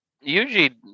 usually